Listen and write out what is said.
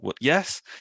Yes